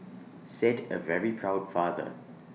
said A very proud father